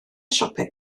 siopau